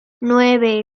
nueve